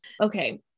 Okay